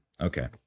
Okay